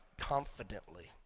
confidently